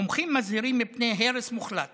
מומחים מזהירים מפני הרס מוחלט